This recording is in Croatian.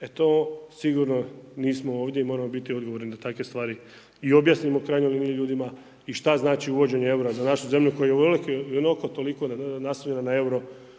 E to sigurno nismo ovdje i moramo biti odgovorni da takve stvari i objasnimo u krajnjoj liniji ljudima i šta znači uvođenje eura za našu zemlju koja je i ovoliko i onoliko toliko naslonjena na eura